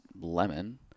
lemon